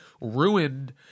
ruined